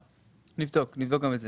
נבדוק גם את זה.